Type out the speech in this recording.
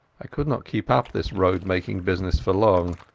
i could not keep up this roadmaking business for long.